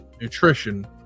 nutrition